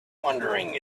wondering